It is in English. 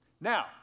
Now